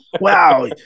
wow